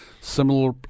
similar